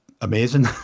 amazing